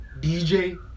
DJ